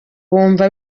bumva